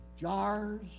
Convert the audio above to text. jars